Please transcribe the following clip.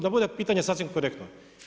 Da bude pitanje sasvim korektno?